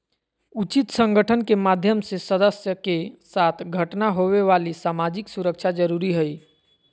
उचित संगठन के माध्यम से सदस्य के साथ घटना होवे वाली सामाजिक सुरक्षा जरुरी हइ